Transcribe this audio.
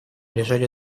лежали